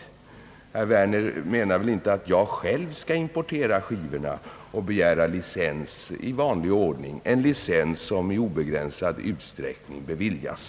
Herr Werner menar väl inte att jag själv skall importera skivorna och begära licens i vanlig ordning — en licens som i obegränsad utsträckning beviljas.